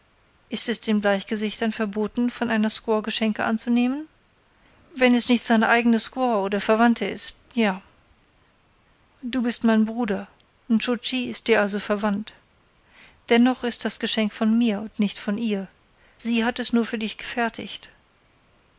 ist es den bleichgesichtern verboten von einer squaw geschenke anzunehmen wenn es nicht seine eigene squaw oder verwandte ist ja du bist mein bruder nscho tschi ist dir also verwandt dennoch ist dies geschenk von mir und nicht von ihr sie hat es nur für dich gefertigt